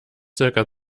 circa